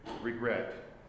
regret